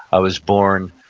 i was born